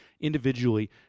individually